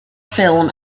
ffilm